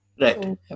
Right